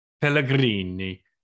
Pellegrini